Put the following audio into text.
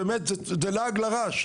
באמת זה לעג לרש,